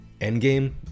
Endgame